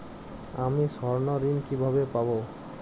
আমি স্বর্ণঋণ কিভাবে পাবো?